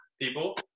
People